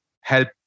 help